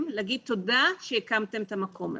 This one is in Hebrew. על מנת להגיד תודה שהקמנו את המקום הזה.